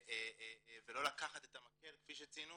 ולא לקחת את המקל כפי שציינו